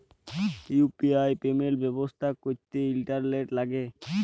UPI payment ব্যবস্থা ক্যরতে internet ল্যাগে